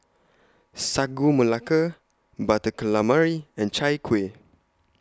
Sagu Melaka Butter Calamari and Chai Kueh